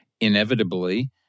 inevitably